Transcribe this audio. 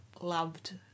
loved